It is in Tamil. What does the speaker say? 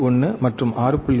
1 மற்றும் 6